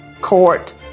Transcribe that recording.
Court